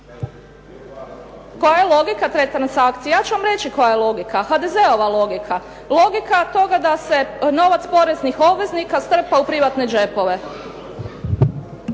Koja je logika te transakcije? Ja ću vam reći koja je logika, HDZ-ova logika, logika toga da se novac poreznih obveznika strpa u privatne džepove.